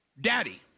daddy